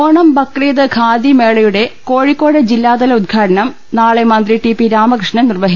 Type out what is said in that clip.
ഓണം ബക്രീദ് ഖാദി മേളയുടെ കോഴിക്കോട് ജില്ലാതല ഉദ്ഘാടനം നാളെ മന്ത്രി ടി പി ്രാമകൃഷ്ണൻ നിർവഹിക്കും